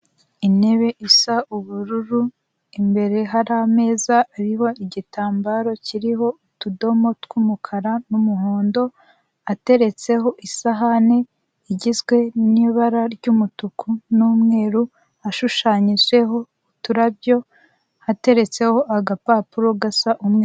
Intebe isa ubururu imbere hari ameza ariho igitambaro kiriho utudomo tw'umukara n'umuhondo, ateretseho isahane igizwe n'ibara ry'umutuku n'umweru ashushanyijeho uturabyo, ateretseho agapapuro gasa umweru.